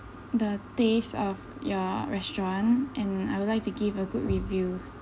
the taste of your restaurant and I would like to give a good review